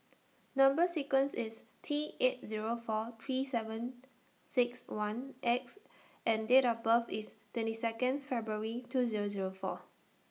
Number sequence IS T eight Zero four three seven six one X and Date of birth IS twenty Second February two Zero Zero four